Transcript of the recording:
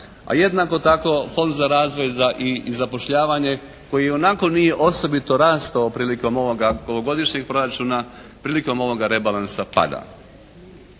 A jednako tako Fond za razvoj i zapošljavanje koji ionako nije osobito rastao prilikom ovoga ovogodišnjeg proračuna, prilikom ovog rebalansa pada.